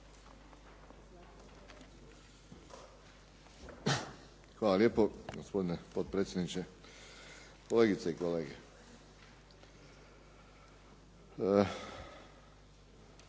Hvala lijepo gospodine potpredsjedniče, kolegice i kolege. Teško